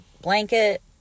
blanket